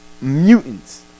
mutants